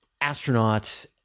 astronauts